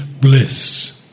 bliss